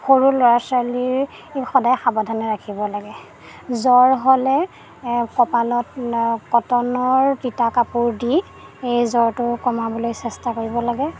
সৰু ল'ৰা ছোৱালীক সদায় সাৱধানে ৰাখিব লাগে জ্বৰ হ'লে কপালত কটনৰ তিতা কাপোৰ দি এই জ্বৰটো কমাবলৈ চেষ্টা কৰিব লাগে